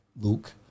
luke